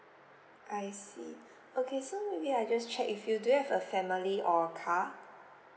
I see okay so maybe I just check if you do have a family or car